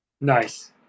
Nice